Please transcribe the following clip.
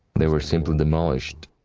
they were simply demolished